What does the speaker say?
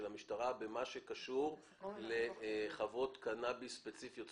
המשטרה במה שקשור לחוות קנאביס ספציפיות.